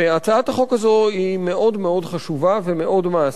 הצעת החוק הזאת היא מאוד מאוד חשובה ומאוד מעשית.